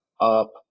up